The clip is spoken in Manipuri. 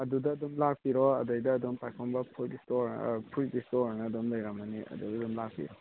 ꯑꯗꯨꯗ ꯑꯗꯨꯝ ꯂꯥꯛꯄꯤꯔꯣ ꯑꯗꯩꯗ ꯑꯗꯨꯝ ꯄꯥꯏꯈꯣꯝꯕ ꯐꯨꯗ ꯏꯁꯇꯣꯔ ꯐ꯭ꯔꯨꯏꯠ ꯏꯁꯇꯣꯔꯑꯅ ꯑꯗꯨꯝ ꯂꯩꯔꯝꯃꯅꯤ ꯑꯗꯩꯗ ꯑꯗꯨꯝ ꯂꯥꯛꯄꯤꯔꯣ